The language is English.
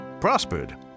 prospered